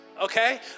Okay